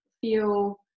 feel